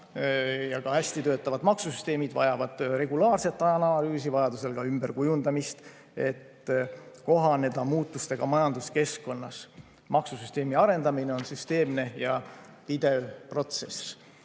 Ka hästi töötavad maksusüsteemid vajavad regulaarset analüüsi, vajaduse korral ka ümberkujundamist, et kohaneda muutustega majanduskeskkonnas. Maksusüsteemi arendamine on süsteemne ja pidev protsess.